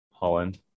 Holland